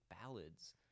ballads